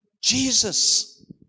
Jesus